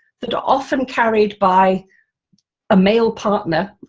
that are often carried by a male partner,